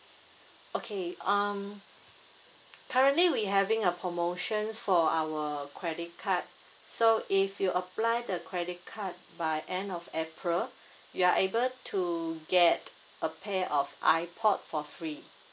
okay um currently we having a promotions for our credit card so if you apply the credit card by end of april you are able to get a pair of ipod for free